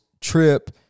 trip